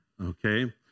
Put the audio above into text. okay